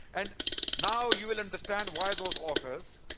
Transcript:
and now you will understand why those authors,